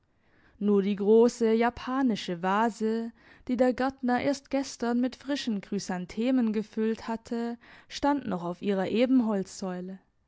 nur die grosse japanesische vase die der gärtner erst gestern mit frischen chrysanthemen gefüllt hatte stand noch auf ihrer